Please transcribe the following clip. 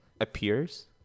appears